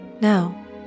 Now